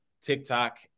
TikTok